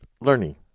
learning